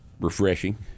refreshing